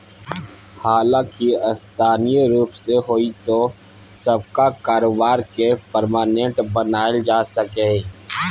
हालांकि अस्थायी रुप मे होइतो नबका कारोबार केँ परमानेंट बनाएल जा सकैए